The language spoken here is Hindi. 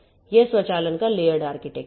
यह स्वचालन का लेयर्ड आर्किटेक्चर है